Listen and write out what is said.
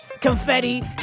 confetti